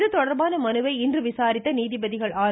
இதுதொடர்பான மனுவை இன்று விசாரித்த நீதிபதிகள் ஆர்